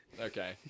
Okay